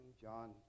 John